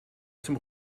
zum